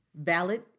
valid